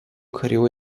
karių